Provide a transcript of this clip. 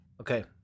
Okay